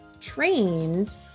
trained